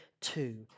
two